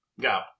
Go